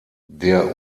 der